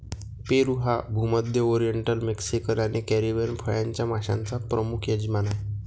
पेरू हा भूमध्य, oriental, Mexican आणि कॅरिबियन फळांच्या माश्यांचा प्रमुख यजमान आहे